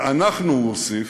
ואנחנו, הוא הוסיף,